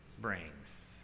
brings